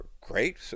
great